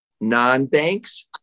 non-banks